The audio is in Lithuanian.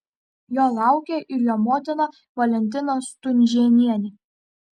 jo laukia ir jo motina valentina stunžėnienė